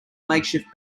makeshift